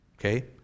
okay